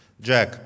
Jack